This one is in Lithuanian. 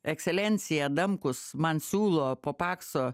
ekscelencija adamkus man siūlo po pakso